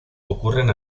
ocurren